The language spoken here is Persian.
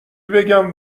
بگم